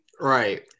Right